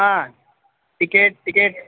हा टकेट् टकेट्